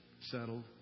settled